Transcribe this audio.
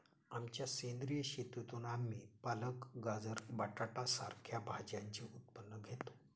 आमच्या सेंद्रिय शेतीतून आम्ही पालक, गाजर, बटाटा सारख्या भाज्यांचे उत्पन्न घेतो